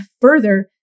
further